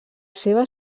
seva